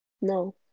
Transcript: No